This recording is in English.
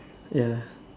ya